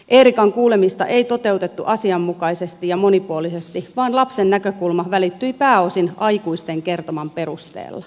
eerikan kuulemista ei toteutettu asianmukaisesti ja monipuolisesti vaan lapsen näkökulma välittyi pääosin aikuisten kertoman perusteella